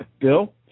Bill